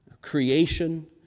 creation